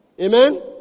Amen